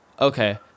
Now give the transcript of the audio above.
okay